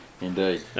indeed